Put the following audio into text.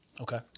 Okay